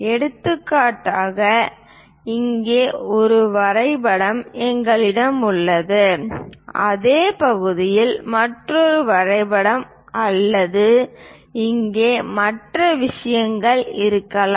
எடுத்துக்காட்டாக இங்கே ஒரு வரைபடம் எங்களிடம் உள்ளது அதே பகுதியின் மற்றொரு வரைபடம் அல்லது இங்கே மற்ற விஷயங்கள் இருக்கலாம்